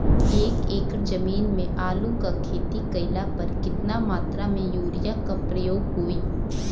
एक एकड़ जमीन में आलू क खेती कइला पर कितना मात्रा में यूरिया क प्रयोग होई?